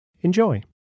Enjoy